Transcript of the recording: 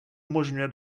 umožňuje